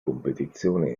competizione